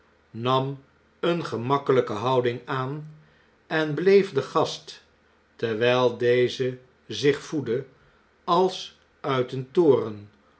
nam eene gemakkelijke houding aan en bleef den gast terwnl deze zich voedde als uit een toren